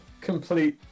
complete